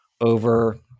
over